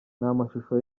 n’amashusho